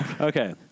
Okay